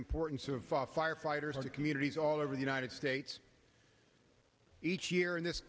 importance of firefighters to communities all over the united states each year in this